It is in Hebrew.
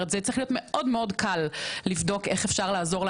לעזור לאנשים האלה למשוך את הכסף שלהם חזרה מקרן הפיקדון,